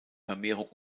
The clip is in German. vermehrung